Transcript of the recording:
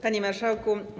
Panie Marszałku!